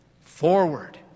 Forward